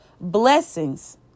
blessings